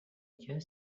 your